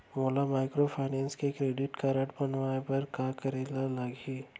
मोला माइक्रोफाइनेंस के credit card बनवाए बर का करे बर लागही?